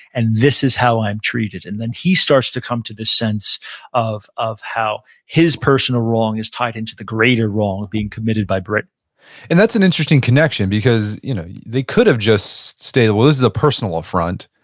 and this is how i'm treated, and then he starts to come to this sense of of how his personal wrong is tied into the greater wrong being committed by britain and that's an interesting connection, because you know they could have just stated, well, this is a personal affront,